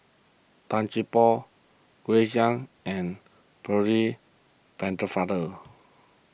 Tan Gee Paw Grace Young and Percy